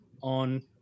on